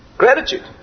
Gratitude